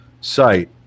site